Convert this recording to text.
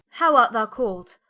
how art thou call'd?